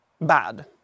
bad